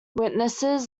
witnesses